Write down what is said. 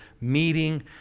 meeting